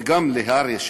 וגם להר"י,